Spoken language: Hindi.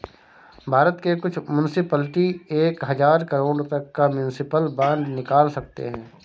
भारत के कुछ मुन्सिपलिटी एक हज़ार करोड़ तक का म्युनिसिपल बांड निकाल सकते हैं